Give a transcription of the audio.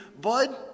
Bud